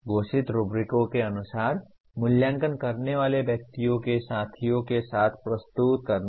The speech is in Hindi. घोषित रुब्रिकों के अनुसार मूल्यांकन करने वाले व्यक्तियों को साथियों के साथ प्रस्तुत करना